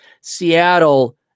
Seattle